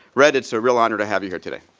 red, it's a real honor to have you here today.